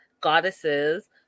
goddesses